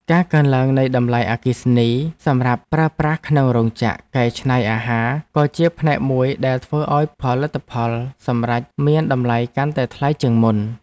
ការកើនឡើងនៃតម្លៃអគ្គិសនីសម្រាប់ប្រើប្រាស់ក្នុងរោងចក្រកែច្នៃអាហារក៏ជាផ្នែកមួយដែលធ្វើឱ្យផលិតផលសម្រេចមានតម្លៃកាន់តែថ្លៃជាងមុន។